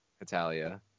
Italia